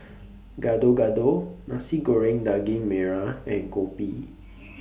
Gado Gado Nasi Goreng Daging Merah and Kopi